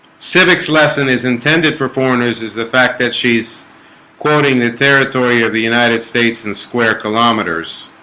civics lesson is intended performers is the fact that she's quoting the territory of the united states and square kilometres